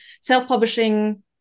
self-publishing